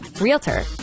realtor